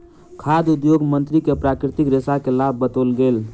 खाद्य उद्योग मंत्री के प्राकृतिक रेशा के लाभ बतौल गेल